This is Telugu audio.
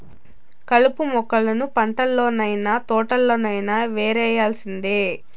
కలుపు మొక్కలను పంటల్లనైన, తోటల్లోనైన యేరేయాల్సిందే